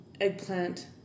eggplant